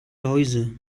läuse